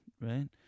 right